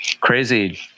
crazy